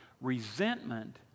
Resentment